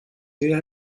lea